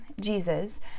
Jesus